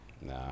Nah